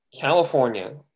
California